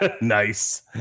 Nice